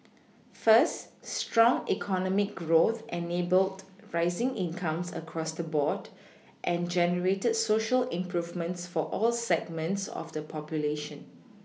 first strong economic growth enabled rising incomes across the board and generated Social improvements for all segments of the population